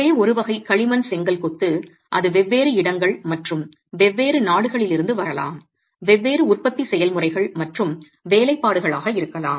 ஒரே ஒரு வகை களிமண் செங்கல் கொத்து அது வெவ்வேறு இடங்கள் மற்றும் வெவ்வேறு நாடுகளில் இருந்து வரலாம் வெவ்வேறு உற்பத்தி செயல்முறைகள் மற்றும் வேலைப்பாடுகளாக இருக்கலாம்